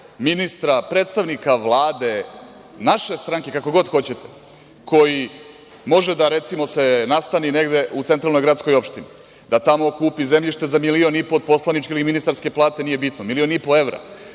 ministra, predstavnika Vlade, naše stranke, kako god hoćete, koji može da se, recimo, nastani negde u centralnoj gradskoj opštini, da tamo kupi zemljište za milion i po od poslaničke ili ministarske plate, da investira